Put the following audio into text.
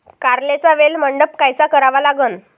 कारल्याचा वेल मंडप कायचा करावा लागन?